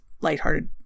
lighthearted